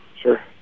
Sure